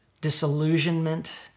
disillusionment